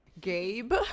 gabe